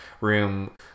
Room